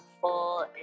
full